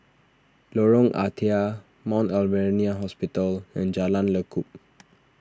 Lorong Ah Thia Mount Alvernia Hospital and Jalan Lekub